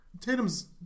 Tatum's